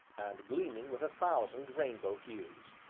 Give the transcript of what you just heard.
and gleaming with a thousand rainbow hues.